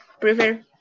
prefer